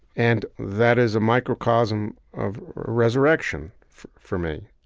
and that is a microcosm of resurrection for for me.